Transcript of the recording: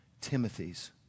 Timothy's